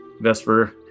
Vesper